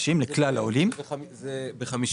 וזה גם מובן.